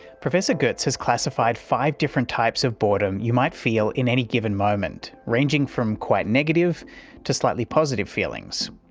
professor goetz has classified five different types of boredom you might feel in any given moment, ranging from quite negative to slightly positive feelings.